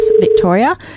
Victoria